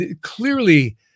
clearly